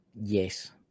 Yes